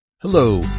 Hello